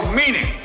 meaning